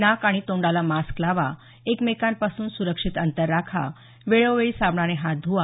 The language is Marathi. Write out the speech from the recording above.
नाक आणि तोंडाला मास्क लावा एकमेकांपासून सुरक्षित अंतर राखा वेळोवेळी साबणाने हात धुवा